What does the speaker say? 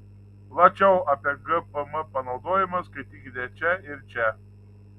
plačiau apie gpm panaudojimą skaitykite čia ir čia